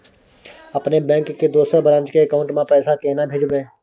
अपने बैंक के दोसर ब्रांच के अकाउंट म पैसा केना भेजबै?